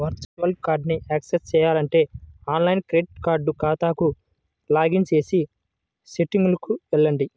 virtual కార్డ్ని access చేయాలంటే online credit card ఖాతాకు లాగిన్ చేసి సెట్టింగ్లకు వెళ్లండి